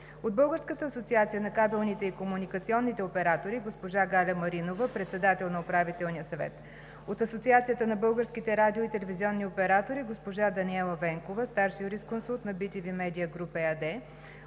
от „Българската асоциация на кабелните и комуникационните оператори“ – госпожа Галя Маринова – председател на Управителния съвет; от „Асоциацията на българските радио- и телевизионни оператори“ – госпожа Даниела Венкова – старши юрисконсулт на „БТВ Медиа Груп“ ЕАД;